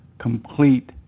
complete